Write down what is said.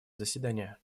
заседание